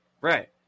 Right